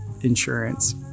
insurance